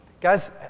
Guys